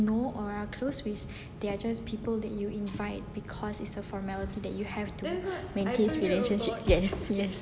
know or are close with they are just people that you invite because it's a formality that you have to maintain relationships yes yes